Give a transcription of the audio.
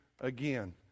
again